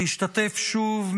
להשתתף שוב,